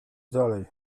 dalej